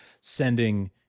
sending